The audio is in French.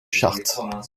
chartes